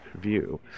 view